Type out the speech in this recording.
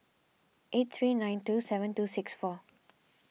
eight three nine two seven two six four